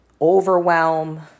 overwhelm